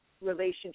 relationship